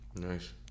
Nice